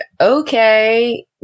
okay